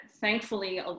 thankfully